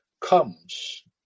comes